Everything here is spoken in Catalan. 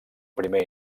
primer